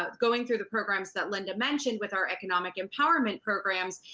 ah going through the programs that linda mentioned with our economic empowerment programs,